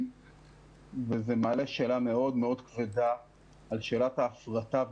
וזה מעלה שאלה מאוד-מאוד כבדה לגבי ההפרטה,